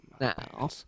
now